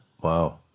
Wow